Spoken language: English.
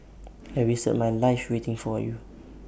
I wasted my life waiting for you